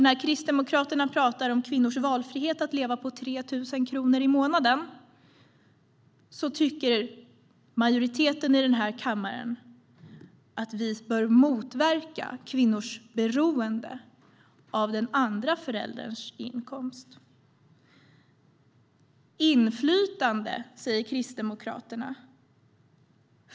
När Kristdemokraterna talar om kvinnors valfrihet att leva på 3 000 kronor i månaden tycker majoriteten i kammaren att vi bör motverka kvinnors beroende av den andra förälderns inkomst. Kristdemokraterna talar om inflytande.